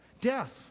Death